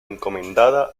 encomendada